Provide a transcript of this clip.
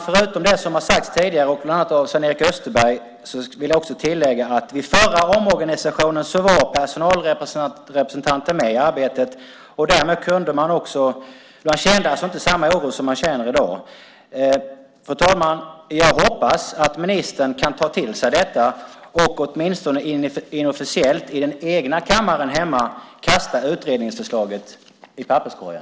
Förutom det som har sagts tidigare, bland annat av Sven-Erik Österberg, vill jag tillägga att personalrepresentanter var med i arbetet vid den förra omorganisationen, och därmed kände man inte samma oro som man känner i dag. Fru talman! Jag hoppas att ministern kan ta till sig detta och åtminstone inofficiellt i den egna kammaren hemma kasta utredningsförslaget i papperskorgen.